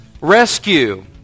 Rescue